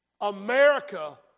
America